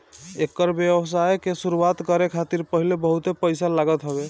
एकर व्यवसाय के शुरुआत करे खातिर पहिले बहुते पईसा लागत हवे